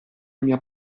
mia